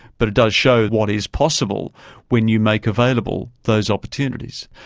but it does show what is possible when you make available those opportunities.